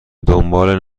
دنبال